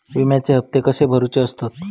विम्याचे हप्ते कसे भरुचे असतत?